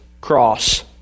cross